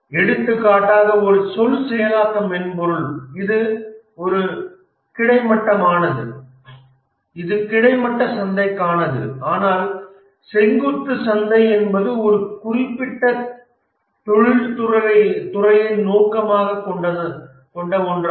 எடுத்துக்காட்டாக ஒரு சொல் செயலாக்க மென்பொருள் இது ஒரு கிடைமட்டமானது இது கிடைமட்ட சந்தைக்கானது ஆனால் செங்குத்து சந்தை என்பது ஒரு குறிப்பிட்ட தொழிற்துறையை நோக்கமாகக் கொண்ட ஒன்றாகும்